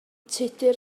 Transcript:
tudur